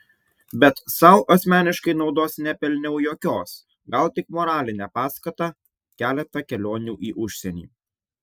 bet sau asmeniškai naudos nepelniau jokios gal tik moralinę paskatą keletą kelionių į užsienį